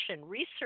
research